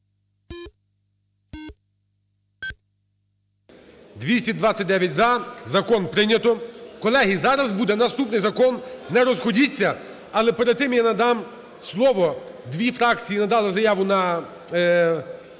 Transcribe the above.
За-229 Закон прийнято. Колеги, зараз буде наступний закон, не розходіться. Але перед тим я надам слово. Дві фракції надали заяву на